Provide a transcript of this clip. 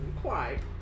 quiet